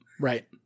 right